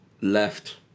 left